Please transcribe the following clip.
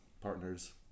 Partners